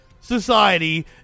society